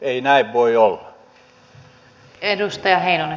ei näin voi olla